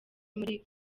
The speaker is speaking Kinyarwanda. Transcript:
muri